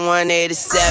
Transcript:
187